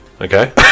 okay